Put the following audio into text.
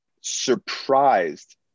Surprised